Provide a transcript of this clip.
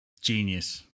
Genius